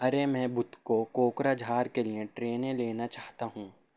ارے میں بدھ کو کوکرا جھار کے لیے ٹرینیں لینا چاہتا ہوں